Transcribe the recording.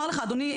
אדוני,